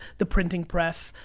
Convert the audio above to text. the printing press,